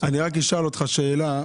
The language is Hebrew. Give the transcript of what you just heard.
אני אשאל אותך שאלה.